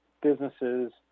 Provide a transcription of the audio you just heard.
businesses